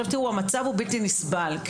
המצב הוא בלתי נסבל,